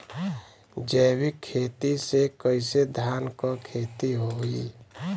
जैविक खेती से कईसे धान क खेती होई?